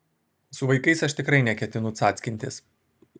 su vaikais aš tikrai neketinu cackintis